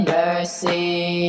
mercy